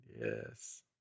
yes